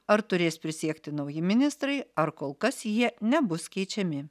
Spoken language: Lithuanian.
ar turės prisiekti nauji ministrai ar kol kas jie nebus keičiami